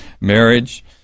Marriage